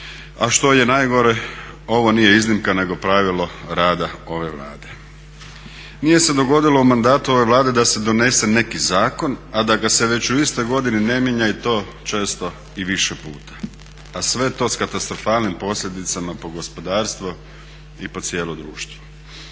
a što je najgore ovo nije iznimka nego pravilo rada ove Vlade. Nije se dogodilo u mandatu ove Vlade da se donese neki zakon, a da ga se već u istoj godini ne mijenja i to često i više puta, a sve to s katastrofalnim posljedicama po gospodarstvo i po cijelo društvo.